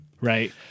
right